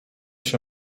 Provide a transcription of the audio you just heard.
się